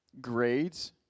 grades